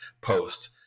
post